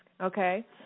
okay